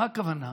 מה הכוונה?